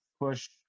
push